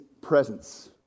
presence